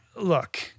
look